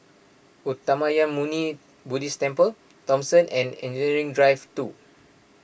Uttamayanmuni Buddhist Temple Thomson and Engineering Drive two